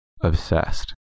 obsessed